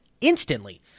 instantly